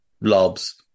lobs